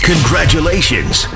Congratulations